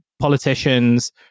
politicians